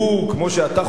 כמו שאתה חושש,